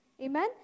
Amen